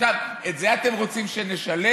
עכשיו, את זה אתם רוצים שנשלם?